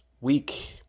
week